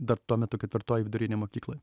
dar tuo metu ketvirtoj vidurinėj mokykloj